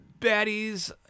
baddies